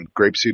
grapeseed